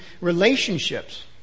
relationships